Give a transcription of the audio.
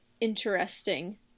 interesting